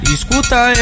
Escuta